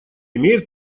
имеет